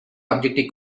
objective